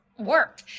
Work